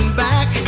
back